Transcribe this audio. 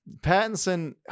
Pattinson